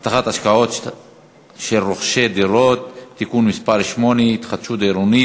(הבטחת השקעות של רוכשי דירות) (תיקון מס' 8) (התחדשות עירונית),